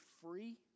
free